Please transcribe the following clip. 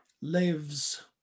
lives